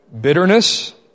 Bitterness